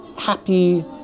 happy